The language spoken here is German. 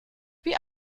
wie